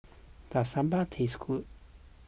does Sambar taste good